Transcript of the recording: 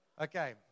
Okay